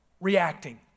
reacting